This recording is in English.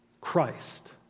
Christ